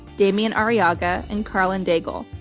demian arriaga and karlyn daigle.